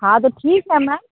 हॉं तो ठीक है मैम